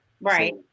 Right